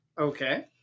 Okay